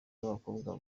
b’abakobwa